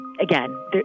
again